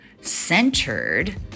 centered